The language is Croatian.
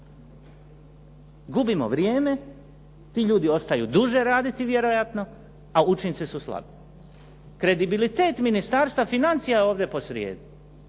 Gubimo vrijeme, ti ljudi ostaju duže raditi vjerojatno a učinci su slabi. Kredibilitet Ministarstva financija je ovdje posrijedi.